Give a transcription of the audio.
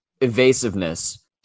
evasiveness